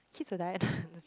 kids are